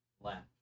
left